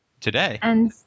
Today